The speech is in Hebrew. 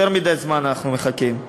יותר מדי זמן אנחנו מחכים.